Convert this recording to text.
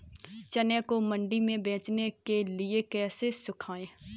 चने को मंडी में बेचने के लिए कैसे सुखाएँ?